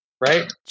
Right